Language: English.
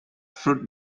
fruit